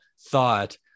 thought